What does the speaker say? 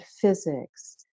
physics